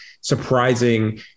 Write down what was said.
surprising